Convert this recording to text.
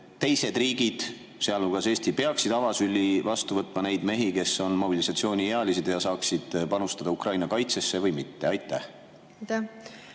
teised riigid, sealhulgas Eesti, peaksid avasüli vastu võtma neid mehi, kes on mobilisatsiooniealised ja saaksid panustada Ukraina kaitsesse, või mitte? Aitäh,